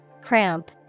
Cramp